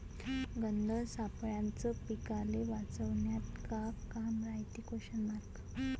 गंध सापळ्याचं पीकाले वाचवन्यात का काम रायते?